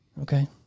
Okay